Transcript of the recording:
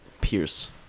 Pierce